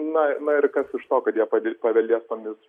na na ir kas iš to kad jie padės paveldės tomis